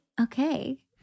Okay